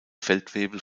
feldwebel